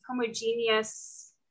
homogeneous